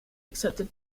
accepted